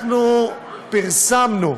פרסמנו